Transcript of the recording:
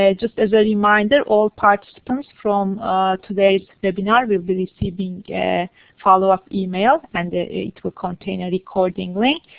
ah just as a reminder, all participants from today's webinar will be receiving a follow up email, and ah it will contain a recording link.